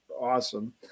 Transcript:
awesome